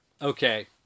Okay